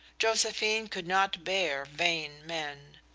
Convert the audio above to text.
josephine could not bear vain men.